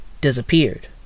disappeared